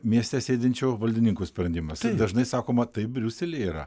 mieste sėdinčių valdininkų sprendimas dažnai sakoma taip briuselyje yra